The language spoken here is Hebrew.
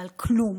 אבל כלום,